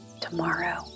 tomorrow